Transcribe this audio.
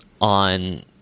on